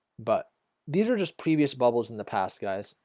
but these are just previous bubbles in the past guys.